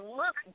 look